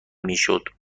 میشد